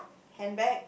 handbag